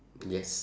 yes